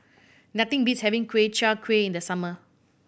nothing beats having Ku Chai Kuih in the summer